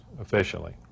officially